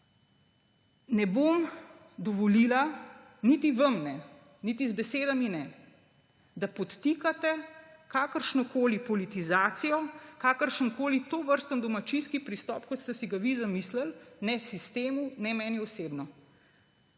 Ne bom dovolila, niti vam ne niti z besedami ne, da podtikate kakršnokoli politizacijo, kakršenkoli tovrstni domačijski pristop, kot ste si ga vi zamislili, ne sistemu ne meni osebno.